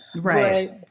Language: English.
Right